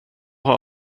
har